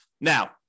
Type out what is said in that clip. Now